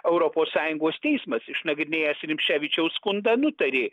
europos sąjungos teismas išnagrinėjęs rimšėvičiaus skundą nutarė